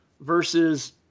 versus